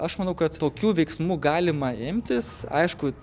aš manau kad tokių veiksmų galima imtis aišku